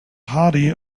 hardy